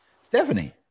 Stephanie